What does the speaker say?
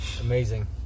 Amazing